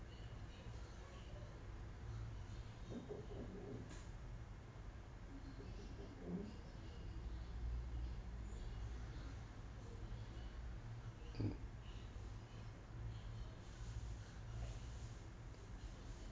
mm